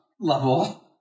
level